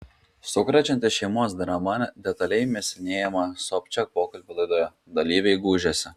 sukrečianti šeimos drama detaliai mėsinėjama sobčiak pokalbių laidoje dalyviai gūžiasi